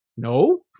No